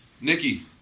Nikki